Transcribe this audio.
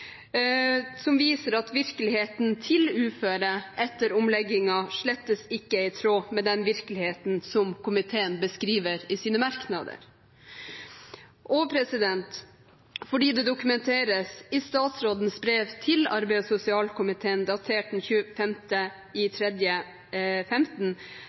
som viser at virkeligheten til uføre etter omleggingen slett ikke er i tråd med den virkeligheten som komiteen beskriver i sine merknader. Og det dokumenteres i statsrådens brev til arbeids- og sosialkomiteen datert